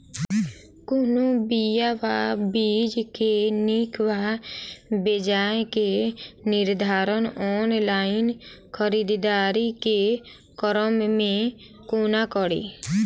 कोनों बीया वा बीज केँ नीक वा बेजाय केँ निर्धारण ऑनलाइन खरीददारी केँ क्रम मे कोना कड़ी?